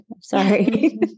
Sorry